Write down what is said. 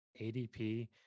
ADP